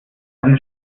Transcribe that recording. eine